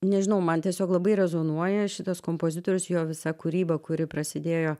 nežinau man tiesiog labai rezonuoja šitas kompozitorius jo visa kūryba kuri prasidėjo